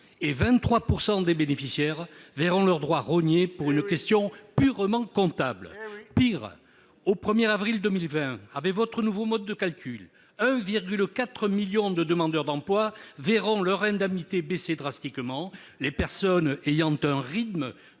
et 23 % des bénéficiaires verront leurs droits rognés pour une question purement comptable. Eh oui ! Pis, au 1 avril 2020, avec votre nouveau mode de calcul, 1,4 million de demandeurs d'emploi verront leurs indemnités baisser drastiquement. Les personnes ayant un rythme